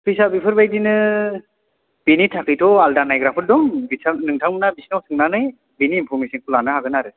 फिसआ बेफोर बायदिनो बेनि थाखायथ' आलदा नायग्राफोर दं बिथां नोंथांमोना बिसिनाव सोंनानै बेनि इनफरमेसनखौ लानो हागोन आरो